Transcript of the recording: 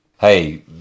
hey